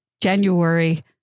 January